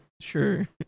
sure